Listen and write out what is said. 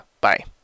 Bye